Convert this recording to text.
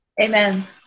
amen